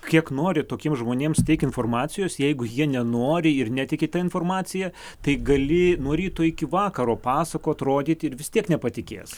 kiek nori tokiems žmonėms teik informacijos jeigu jie nenori ir netiki ta informacija tai gali nuo ryto iki vakaro pasakot rodyt ir vis tiek nepatikės